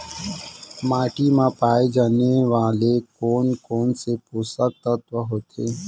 माटी मा पाए वाले कोन कोन से पोसक तत्व होथे?